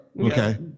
Okay